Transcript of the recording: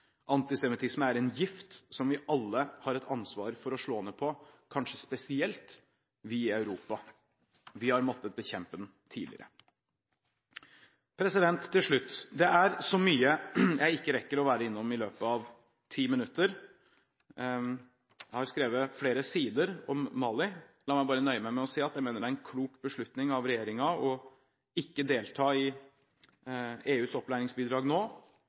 Antisemittisme er en gift som vi alle har et ansvar for å slå ned på, kanskje spesielt vi i Europa. Vi har måttet bekjempe den tidligere. Til slutt: Det er så mye jeg ikke rekker å være innom i løpet av ti minutter. Jeg har skrevet flere sider om Mali. La meg bare nøye meg med å si at det er en klok beslutning av regjeringen ikke å delta i EUs opplæringsbidrag nå,